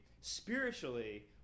spiritually